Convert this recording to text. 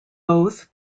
both